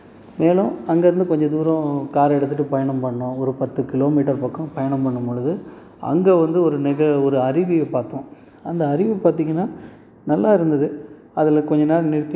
மேலும் அங்கே இருந்து கொஞ்சம் தூரம் கார் எடுத்துகிட்டு பயணம் பண்ணிணோம் ஒரு பத்து கிலோமீட்டர் பக்கம் பயணம் பண்ணும்பொழுது அங்கே வந்து ஒரு நிகழ்வு ஒரு அருவியை பார்த்தோம் அந்த அருவி பார்த்தீங்கன்னா நல்லா இருந்தது அதில் கொஞ்சம் நேரம் நிறுத்திவிட்டு